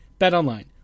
BetOnline